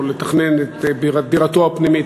או לשנות את התכנון הפנימי של דירתו.